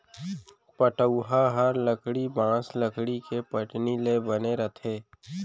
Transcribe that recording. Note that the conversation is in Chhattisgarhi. पटउहॉं हर लकड़ी, बॉंस, लकड़ी के पटनी ले बने रथे